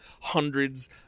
hundreds